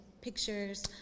pictures